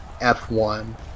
F1